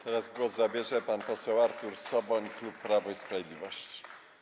Teraz głos zabierze pan poseł Artur Soboń, klub Prawo i Sprawiedliwość.